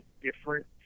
different